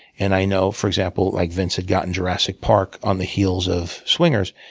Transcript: and i know, for example, like vincent got in jurassic park on the heels of swingers.